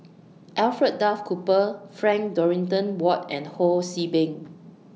Alfred Duff Cooper Frank Dorrington Ward and Ho See Beng